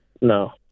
no